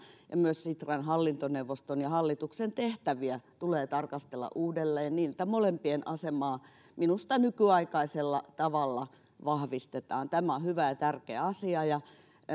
ja myös sitran hallintoneuvoston ja hallituksen tehtäviä tulee tarkastella uudelleen niin että molempien asemaa minusta nykyaikaisella tavalla vahvistetaan tämä on hyvä ja tärkeä asia ja